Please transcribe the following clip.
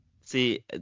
See